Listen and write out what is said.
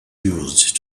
used